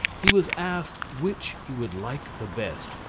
he was asked which he would like the best,